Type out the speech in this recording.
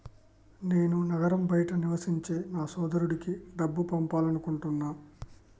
నేను నగరం బయట నివసించే నా సోదరుడికి డబ్బు పంపాలనుకుంటున్నా